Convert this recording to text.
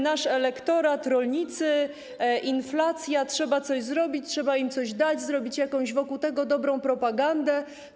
Nasz elektorat, rolnicy, inflacja, trzeba coś zrobić, trzeba im coś dać, zrobić jakąś wokół tego dobrą propagandę.